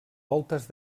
voltes